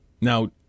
now